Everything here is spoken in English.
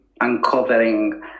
uncovering